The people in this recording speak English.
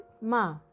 ma